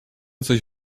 coś